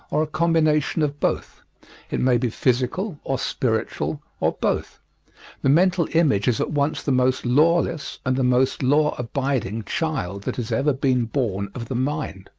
or a combination of both it may be physical or spiritual, or both the mental image is at once the most lawless and the most law-abiding child that has ever been born of the mind.